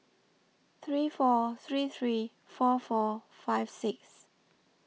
three four three three four four five six